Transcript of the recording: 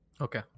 Okay